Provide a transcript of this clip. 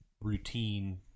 routine